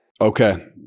Okay